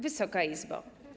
Wysoka Izbo!